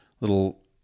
little